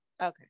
okay